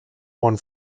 one